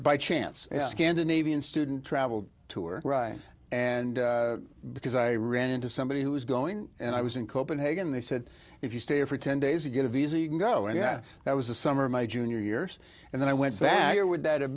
by chance scandinavian student travel tour right and because i ran into somebody who was going and i was in copenhagen they said if you stay for ten days you get a visa you can go and yeah that was a summer my junior years and then i went back or would that have